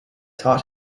taught